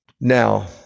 Now